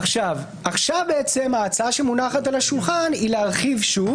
עכשיו ההצעה שמונחת על השולחן היא להרחיב שוב.